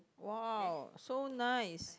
!wow! so nice